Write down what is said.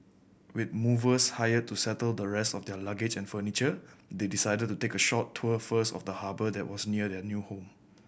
with movers hired to settle the rest of their luggage and furniture they decided to take a short tour first of the harbour that was near their new home